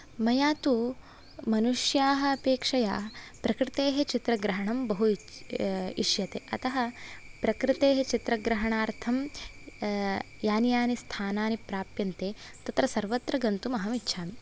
मया तु मनुष्याः अपेक्षया प्रकृतेः चित्रग्रहणं बहु इष्यते अतः प्रकृतेः चित्रग्रहणार्थं यानि यानि स्थानानि प्राप्यन्ते तत्र सर्वत्र गन्तुम् अहमिच्छामि